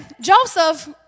Joseph